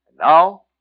Now